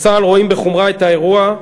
בצה"ל רואים בחומרה את האירוע,